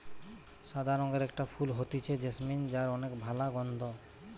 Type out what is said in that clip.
সাদা রঙের একটা ফুল হতিছে জেসমিন যার অনেক ভালা গন্ধ